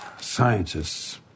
scientists